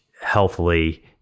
healthily